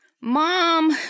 Mom